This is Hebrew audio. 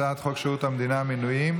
הצעת חוק שירות המדינה (מינויים)